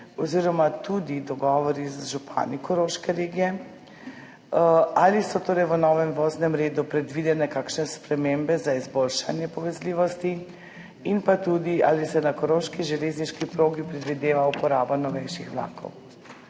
Koroške in dogovori z župani Koroške regije? Ali so v novem voznem redu predvidene kakšne spremembe za izboljšanje povezljivosti? Ali se na koroški železniški progi predvideva uporaba novejših vlakov?